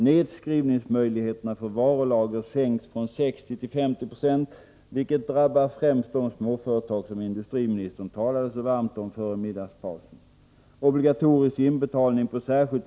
Nedskrivningsmöjligheterna för varulager sänks från 60 till 50 96, vilket drabbar främst de småföretag som industriministern talade så varmt om före middagspausen.